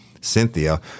Cynthia